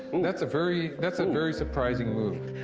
and that's a very. that's a very surprising move.